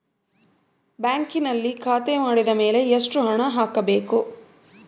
ಬ್ಯಾಂಕಿನಲ್ಲಿ ಖಾತೆ ಮಾಡಿದ ಮೇಲೆ ಎಷ್ಟು ಹಣ ಹಾಕಬೇಕು?